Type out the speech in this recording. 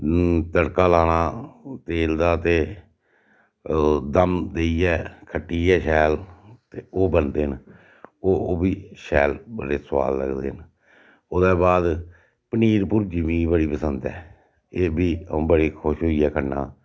तड़का लाना तेल दा ते ओह् दम देइयै खट्टियै शैल ते ओह् बनदे न ओह् ओह् बी सारे शैल बड़े सुआद लगदे न ओह्दे बाद पनीर भुर्जी मी बड़ी पसंद ऐ एह् बी आ'ऊं बड़ी खुश होइयै खन्नां